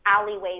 alleyways